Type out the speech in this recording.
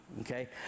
okay